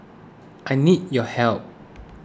I need your help